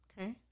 Okay